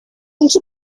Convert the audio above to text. also